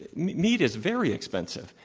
meat is very expensive.